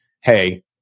hey